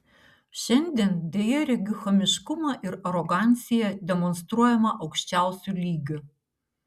šiandien deja regiu chamiškumą ir aroganciją demonstruojamą aukščiausiu lygiu